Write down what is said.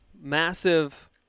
massive